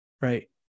Right